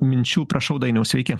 minčių prašau dainiau sveiki